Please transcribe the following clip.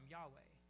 Yahweh